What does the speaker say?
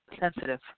sensitive